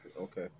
okay